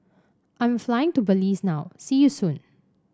I'm flying to Belize now see you soon